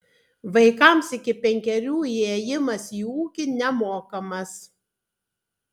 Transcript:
vaikams iki penkerių įėjimas į ūkį nemokamas